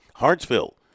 Hartsville